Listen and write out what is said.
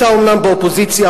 אתה אומנם באופוזיציה,